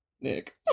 Nick